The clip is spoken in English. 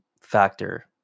Factor